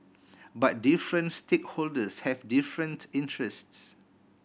but different stakeholders have different interests